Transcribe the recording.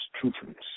truthfulness